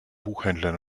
buchhändler